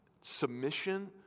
submission